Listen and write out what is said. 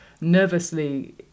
nervously